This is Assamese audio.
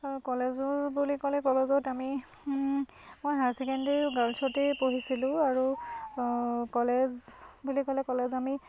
কলেজৰ বুলি ক'লে কলেজত আমি মই হায়াৰ ছেকেণ্ডেৰীও গাৰ্লছতেই পঢ়িছিলোঁ আৰু কলেজ বুলি ক'লে কলেজ আমি